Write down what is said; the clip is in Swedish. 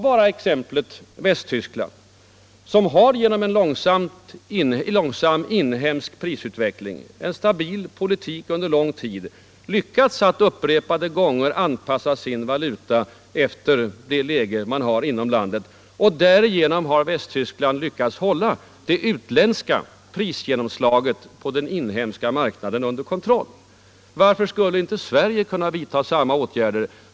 Tag exemplet Västtyskland, som genom en långsam inhemsk prisutveckling, en stabil politik under lång tid, har lyckats att upprepade gånger anpassa sin valuta efter läget inom landet. Därigenom har Västtyskland lyckats hålla det utländska prisgenomslaget på den inhemska marknaden under kontroll. Varför skulle inte Sverige kunna vidta samma åtgärder?